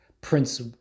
Prince